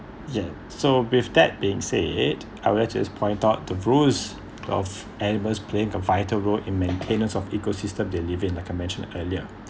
yes so with that being said I'll just point out the rules of animals playing a vital role in maintenance of ecosystem they live in like I mentioned earlier